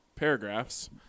paragraphs